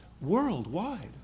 worldwide